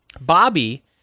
Bobby